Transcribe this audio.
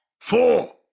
four